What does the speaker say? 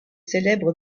célèbre